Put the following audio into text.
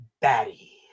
batty